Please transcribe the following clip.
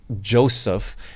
Joseph